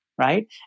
right